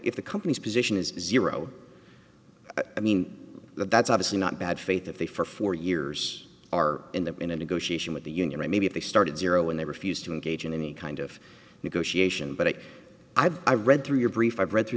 if the company's position is zero i mean that's obviously not bad faith if they for four years are in the in a negotiation with the union right maybe they started zero and they refused to engage in any kind of negotiation but i've i read through your brief i've read through